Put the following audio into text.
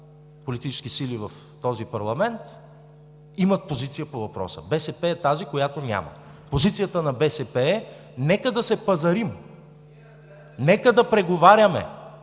политически сили в този парламент имат позиция по въпроса, а БСП е тази, която няма. Позицията на БСП е: „Нека да се пазарим!“, „Нека да преговаряме!“,